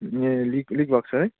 ए leak leak भएको छ है